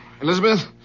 Elizabeth